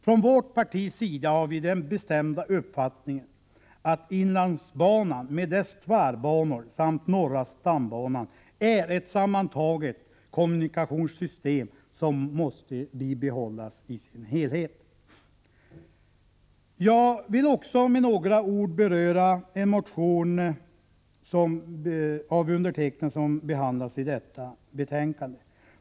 Från vårt partis sida har vi den bestämda uppfattningen att inlandsbanan med dess tvärbanor samt norra stambanan är ett sammantaget kommunikationssystem, som måste bibehållas i sin helhet. Jag vill också med några ord beröra en motion av mig själv som behandlas i detta betänkande.